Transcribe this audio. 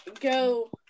go